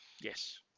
yes